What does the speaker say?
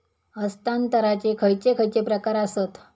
हस्तांतराचे खयचे खयचे प्रकार आसत?